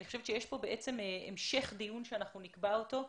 אני חושבת שיש כאן המשך דיון שנקבע אותו.